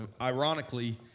Ironically